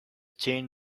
chain